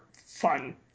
fun